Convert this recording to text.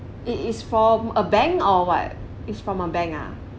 it is from a bank or what it's from a bank ah